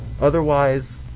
Otherwise